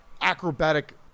acrobatic